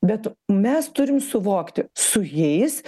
bet mes turim suvokti su jais